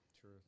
True